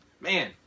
Man